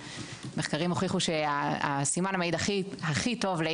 מחקרים הוכיחו שהסימן המעיד הכי טוב לשאלה